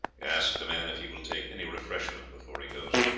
ask the man if he will take any refreshment before he goes.